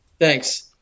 Thanks